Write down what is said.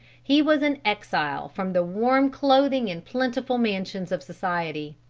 he was an exile from the warm clothing and plentiful mansions of society.